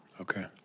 Okay